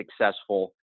successful